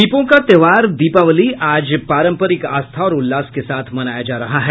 दीपों का त्योहार दीपावली आज पारंपरिक आस्था और उल्लास के साथ मनाया जा रहा है